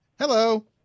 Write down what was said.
Hello